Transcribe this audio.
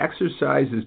exercises